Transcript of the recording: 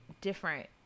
Different